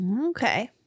Okay